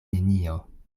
nenio